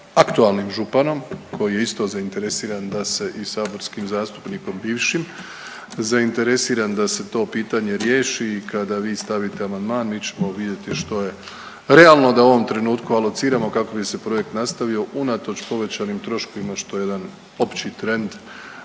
aktualnim županom koji je isto zainteresiran da se i saborskim zastupnikom bivšim zainteresiran da se to pitanje riješi. I kada vi stavite amandman mi ćemo vidjeti što je realno da u ovom trenutku alociramo kako bi se projekt nastavio unatoč povećanim troškovima što je jedan opći trend